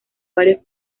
varios